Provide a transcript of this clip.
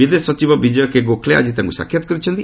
ବିଦେଶ ସଚିବ ବିଜୟ କେ ଗୋଖଲେ ଆକି ତାଙ୍କୁ ସାକ୍ଷାତ କରିଛନ୍ତି